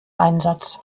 einsatz